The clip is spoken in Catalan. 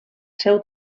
seu